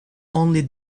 only